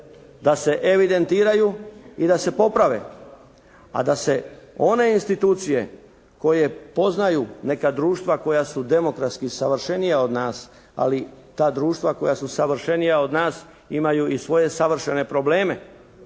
da se evidentiraju i da se poprave. A da se one institucije koje poznaju neka društva koja su demokratski savršenija od nas ali ta društva koja su savršenija od nas imaju i svoje savršene probleme.